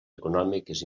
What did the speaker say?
econòmiques